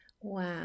Wow